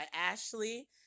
Ashley